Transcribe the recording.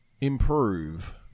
Improve